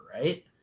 right